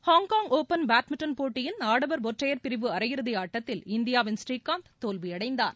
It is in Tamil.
ஹாங்காங் ஒபன் பேட்மின்டன் போட்டியின் ஆடவர் ஒற்றையர் பிரிவு அரையிறுதி ஆட்டத்தில் இந்தியாவின் புரீகாந்த் தோல்வியடைந்தார்